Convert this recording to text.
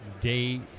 Day